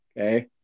Okay